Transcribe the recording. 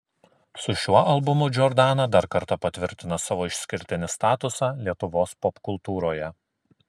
su šiuo albumu džordana dar kartą patvirtina savo išskirtinį statusą lietuvos popkultūroje